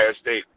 State